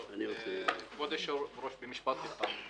כבוד היושב-ראש, במשפט אחד.